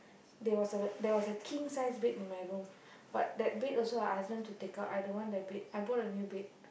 there was a there was a king sized bed in my room but that bed also I ask them to take out I don't want the bed I bought a new bed